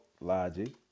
Logic